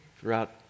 throughout